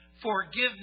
forgiveness